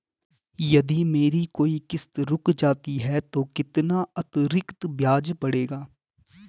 यदि मेरी कोई किश्त रुक जाती है तो कितना अतरिक्त ब्याज पड़ेगा?